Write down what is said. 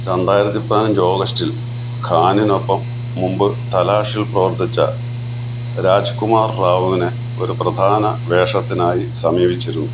രണ്ടായിരത്തി പതിനഞ്ച് ഓഗസ്റ്റിൽ ഖാനിനൊപ്പം മുൻപ് തലാഷിൽ പ്രവർത്തിച്ച രാജ് കുമാർ റാവുവിനെ ഒരു പ്രധാന വേഷത്തിനായി സമീപിച്ചിരുന്നു